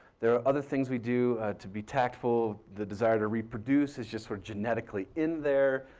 there are other things we do to be tactful. the desire to reproduce is just sort genetically in there.